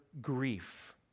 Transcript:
grief